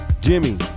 Jimmy